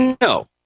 No